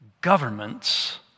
governments